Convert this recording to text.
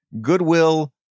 Goodwill